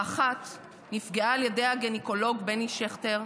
האחת נפגעה על ידי הגינקולוג בני שכטר,